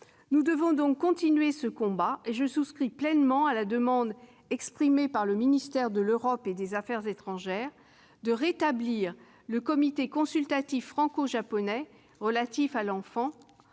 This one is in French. Nous devons donc continuer ce combat, et je souscris pleinement à la demande exprimée par le ministère de l'Europe et des affaires étrangères de rétablir le comité consultatif franco-japonais relatif à l'enfant